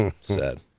Sad